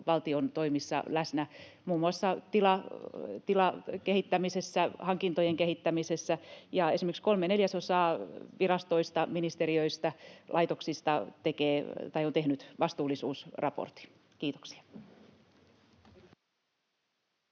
valtion toimissa läsnä, muun muassa tilakehittämisessä ja hankintojen kehittämisessä, ja esimerkiksi kolme neljäsosaa virastoista, ministeriöistä ja laitoksista on tehnyt vastuullisuusraportin. — Kiitoksia.